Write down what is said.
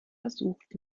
versucht